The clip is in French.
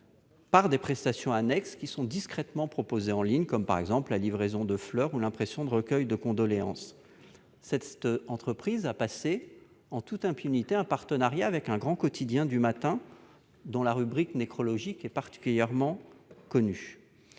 par des prestations annexes discrètement proposées en ligne, comme la livraison de fleurs ou l'impression d'un recueil de condoléances. Cette entreprise a passé, en toute impunité, un partenariat avec un grand quotidien du matin, dont la rubrique nécrologique est particulièrement connue.